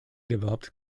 developed